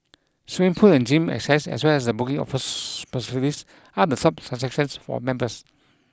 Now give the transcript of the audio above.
swimming pool and gym access as well as the booking of sports are the sub for members